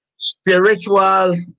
Spiritual